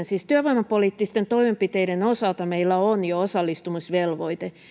siis työvoimapoliittisten toimenpiteiden osalta meillä on jo osallistumisvelvoite